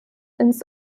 ins